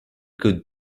could